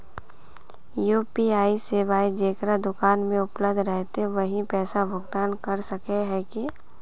UPI सेवाएं जेकरा दुकान में उपलब्ध रहते वही पैसा भुगतान कर सके है की?